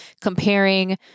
comparing